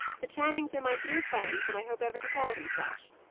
the channings are my dear friends, and i hope ever to call them such.